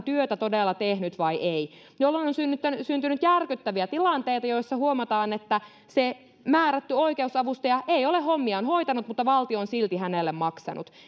työtä todella tehnyt vai ei jolloin on syntynyt järkyttäviä tilanteita joissa huomataan että se määrätty oikeusavustaja ei ole hommiaan hoitanut mutta valtio on silti hänelle maksanut